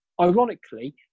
Ironically